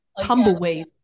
tumbleweed